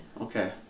okay